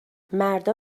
مردا